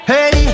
Hey